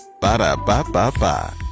Ba-da-ba-ba-ba